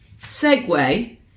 segue